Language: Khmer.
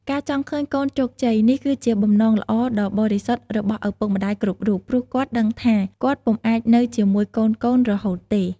ការចង់ឃើញកូនជោគជ័យ នេះគឺជា បំណងល្អដ៏បរិសុទ្ធ របស់ឪពុកម្ដាយគ្រប់រូប ព្រោះគាត់ដឹងថា គាត់ពុំអាចនៅជាមួយកូនៗរហូតទេ។